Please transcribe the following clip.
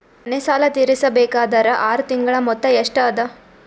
ಮನೆ ಸಾಲ ತೀರಸಬೇಕಾದರ್ ಆರ ತಿಂಗಳ ಮೊತ್ತ ಎಷ್ಟ ಅದ?